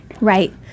Right